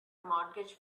mortgage